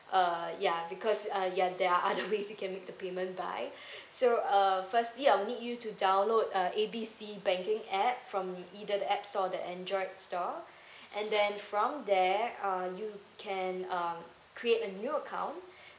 uh ya because uh ya there are other ways you can make the payment by so uh firstly I'll need you to download uh A B C banking app from either the app store the android store and then from there uh you can um create a new account